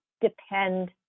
depend